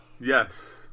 Yes